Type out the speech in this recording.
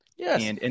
Yes